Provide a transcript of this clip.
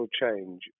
change